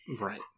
right